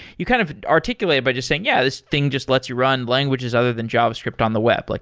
you kind of articulated by just saying, yeah, this thing just lets you run languages other than javascript on the web. like